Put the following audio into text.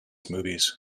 movies